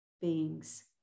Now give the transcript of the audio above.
beings